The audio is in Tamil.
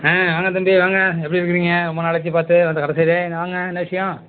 ஆ வாங்க தம்பி வாங்க எப்படி இருக்குறீங்க ரொம்ப நாளாச்சு பார்த்து வந்து அது சரி வாங்க என்ன விஷயம்